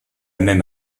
même